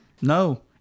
No